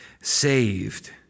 saved